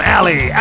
Alley